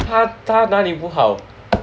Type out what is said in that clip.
他他哪里不好